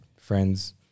friends